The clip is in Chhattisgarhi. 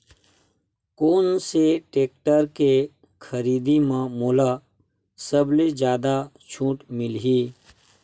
कोन से टेक्टर के खरीदी म मोला सबले जादा छुट मिलही?